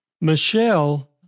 Michelle